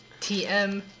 TM